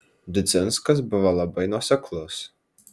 didzinskas buvo labai nuoseklus